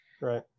Right